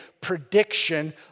prediction